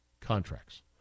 contracts